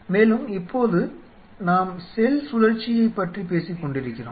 மேலும் இப்போது நாம் செல் சுழற்சியைப் பற்றி பேசிக்கொண்டிருக்கிறோம்